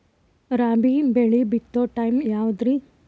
ರಾಬಿ ಬೆಳಿ ಬಿತ್ತೋ ಟೈಮ್ ಯಾವದ್ರಿ?